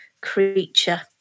creature